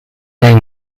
name